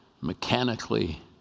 mechanically